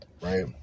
Right